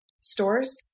stores